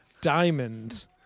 Diamond